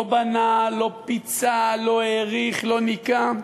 לא בנה, לא פיצה, לא העריך, לא ניקה.